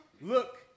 Look